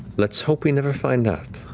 let's hope we never find out.